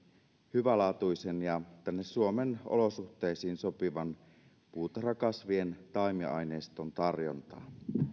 hyvälaatuisen ja tänne suomen olosuhteisiin sopivan puutarhakasvien taimiaineiston tarjontaa